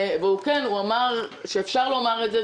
הוא אמר שאפשר לומר את זה.